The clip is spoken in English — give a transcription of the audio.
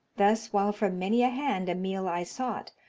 thus while from many a hand a meal i sought,